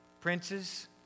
Princes